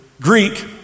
Greek